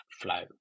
flow